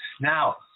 Now